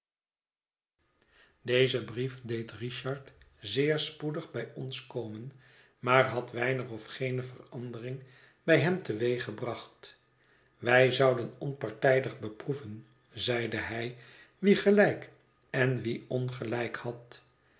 deze brief deed richard zeer spoedig bij ons komen maar had weinig of geene verandering bij hem teweeggebracht wij zouden onpartijdig beproeven zeide hij wie gelijk en wie ongelijk had